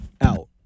out